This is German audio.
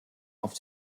auf